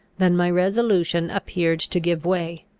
than my resolution appeared to give way,